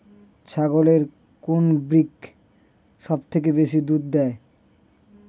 ছাগলের কোন ব্রিড সবথেকে বেশি দুধ দেয়?